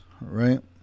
right